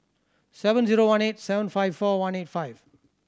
seven zero one eight seven five four one eight five